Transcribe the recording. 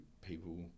people